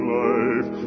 life